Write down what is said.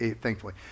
thankfully